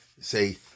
say